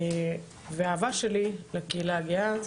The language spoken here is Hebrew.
והאהבה שלי לקהילה הגאה,